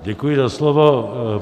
Děkuji za slovo.